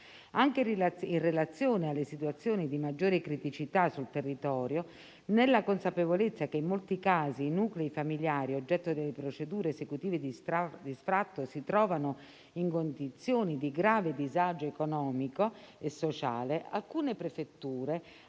Anche in relazione alle situazioni di maggiore criticità sul territorio, nella consapevolezza che in molti casi i nuclei familiari oggetto delle procedure esecutive di sfratto si trovano in condizioni di grave disagio economico e sociale, alcune prefetture